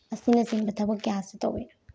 ꯑꯁꯤꯅꯆꯤꯡꯕ ꯊꯕꯛ ꯀꯌꯁꯨ ꯇꯧꯏ